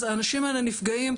אז האנשים האלה נפגעים,